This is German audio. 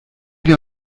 wir